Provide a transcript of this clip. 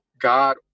God